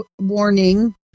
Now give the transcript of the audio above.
warning